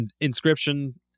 Inscription